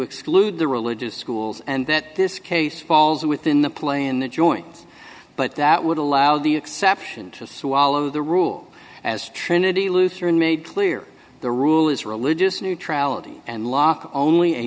exclude the religious schools and that this case falls within the play in the joints but that would allow the exception to swallow the rule as trinity looser and made clear the rule is religious neutrality and law only a